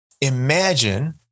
imagine